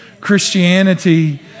Christianity